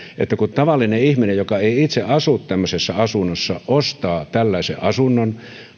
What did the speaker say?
että kun tavallinen ihminen joka ei itse asu tämmöisessä asunnossa ostaa tällaisen asunnon